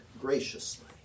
graciously